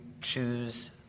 choose